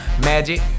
magic